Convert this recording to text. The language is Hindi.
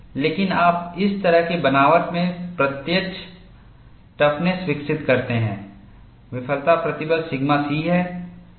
लेकिन आप इस तरह के बनावट में प्रत्यक्ष टफनेस विकसित करते हैं विफलता प्रतिबल सिग्मा C है